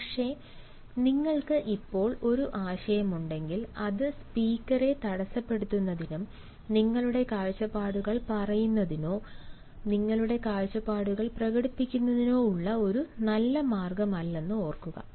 പക്ഷേ നിങ്ങൾക്ക് ഇപ്പോൾ ഒരു സംശയമുണ്ടെങ്കിൽ അത് സ്പീക്കറെ തടസ്സപ്പെടുത്തുന്നതിനും നിങ്ങളുടെ കാഴ്ചപ്പാടുകൾ പറയുന്നതിനോ നിങ്ങളുടെ കാഴ്ചപ്പാടുകൾ പ്രകടിപ്പിക്കുന്നതിനോ ഉള്ള ഒരു നല്ല മാർഗമല്ലെന്ന് ഓർക്കുക